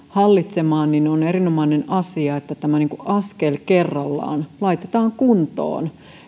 hallitsemaan joten on erinomainen asia että tämä niin kuin askel kerrallaan laitetaan kuntoon